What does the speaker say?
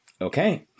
Okay